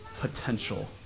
potential